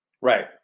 Right